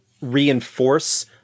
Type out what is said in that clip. reinforce